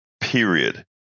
period